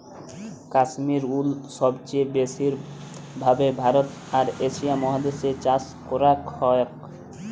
কাশ্মির উল সবচে ব্যাসি ভাবে ভারতে আর এশিয়া মহাদেশ এ চাষ করাক হয়ক